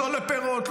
לא לפירות,